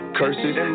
curses